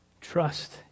Trust